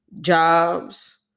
jobs